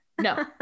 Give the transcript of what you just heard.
no